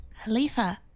Halifa